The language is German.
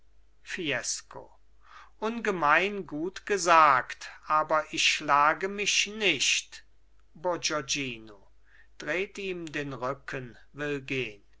fiesco ungemein gut gesagt aber ich schlage mich nicht bourgognino dreht ihm den rücken will